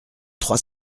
trois